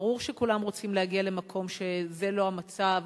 ברור שכולם רוצים להגיע למקום שזה לא המצב.